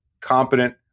competent